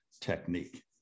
technique